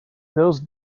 those